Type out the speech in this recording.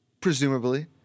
presumably